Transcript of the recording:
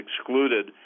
excluded